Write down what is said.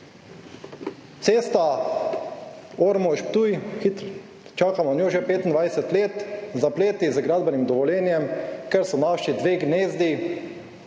Cesta Ormož-Ptuj, hitr…, čakamo na njo že 25 let, zapleti z gradbenim dovoljenjem, ker so naši dve gnezdi